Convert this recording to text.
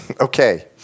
Okay